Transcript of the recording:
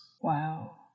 Wow